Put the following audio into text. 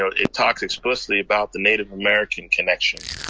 ah it talks explicitly about the native american connection.